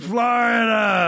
Florida